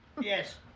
Yes